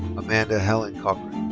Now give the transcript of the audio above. amanda hellen cochran.